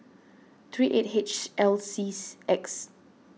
three eight H L C X